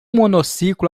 monociclo